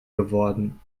geworden